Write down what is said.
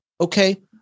Okay